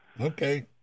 okay